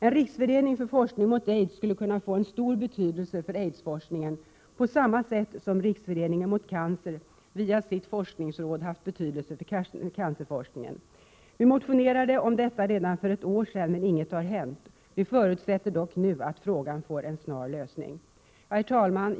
En riksförening för forskning mot aids skulle kunna få stor betydelse för aidsforskningen, på samma sätt som Riksföreningen mot cancer via sitt forskningsråd haft stor betydelse för cancerforskningen. Vi motionerade om detta redan för ett år sedan, men inget har hänt. Vi förutsätter dock nu att frågan får en snar lösning. Herr talman!